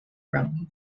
crown